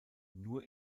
nur